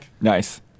Nice